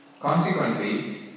Consequently